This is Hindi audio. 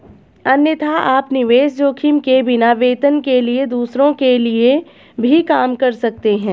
अन्यथा, आप निवेश जोखिम के बिना, वेतन के लिए दूसरों के लिए भी काम कर सकते हैं